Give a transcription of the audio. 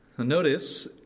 notice